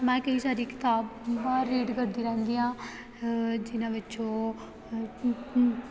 ਮੈਂ ਕਈ ਸਾਰੀ ਕਿਤਾਬਾਂ ਰੀਡ ਕਰਦੀ ਰਹਿੰਦੀ ਹਾਂ ਜਿਹਨਾਂ ਵਿੱਚੋਂ